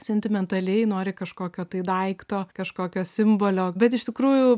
sentimentaliai nori kažkokio tai daikto kažkokio simbolio bet iš tikrųjų